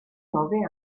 nove